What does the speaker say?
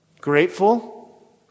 grateful